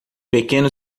pequeno